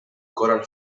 coral